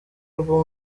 rwo